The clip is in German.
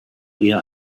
eher